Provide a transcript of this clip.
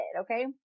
Okay